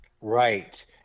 Right